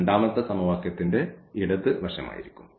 രണ്ടാമത്തെ സമവാക്യത്തിന്റെ ഇടത് വശമായിരിക്കും